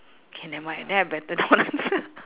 K never mind then I better don't answer